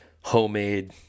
homemade